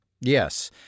Yes